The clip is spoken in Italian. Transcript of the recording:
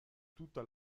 tutta